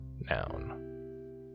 noun